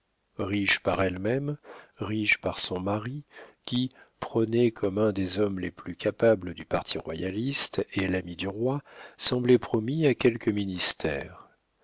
riche par elle-même riche par son mari qui prôné comme un des hommes les plus capables du parti royaliste et l'ami du roi semblait promis à quelque ministère